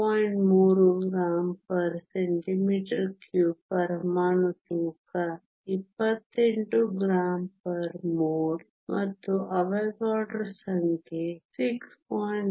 3 g cm 3 ಪರಮಾಣು ತೂಕ 28 g mole 1 ಮತ್ತು ಅವೊಗಡ್ರೊ ಸಂಖ್ಯೆ 6